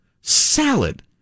salad